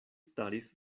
staris